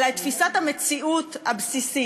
אלא את תפיסת המציאות הבסיסית?